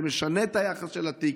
זה משנה את היחס אל התיק,